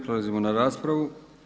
Prelazimo na raspravu.